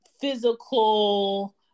physical